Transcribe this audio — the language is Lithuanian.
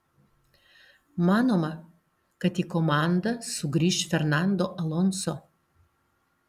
manoma kad į komandą sugrįš fernando alonso